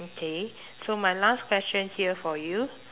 okay so my last question here for you